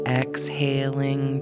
exhaling